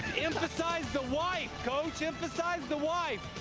emphasize the wife, coach. emphasize the wife.